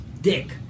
Dick